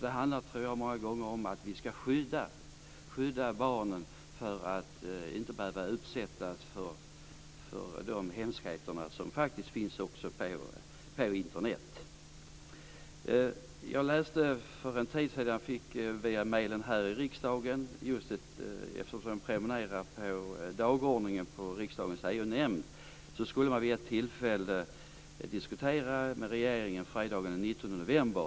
Det handlar många gånger om att skydda barnen från att inte behöva utsättas för de hemskheter som finns på Jag prenumererar på dagordningen till sammanträdena i riksdagens EU-nämnd. Jag fick för en tid sedan via "mailen" dagordningen för fredagen den 19 november.